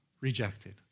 rejected